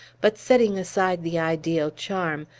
but, setting aside the ideal charm,